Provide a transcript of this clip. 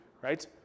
right